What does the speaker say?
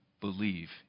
believe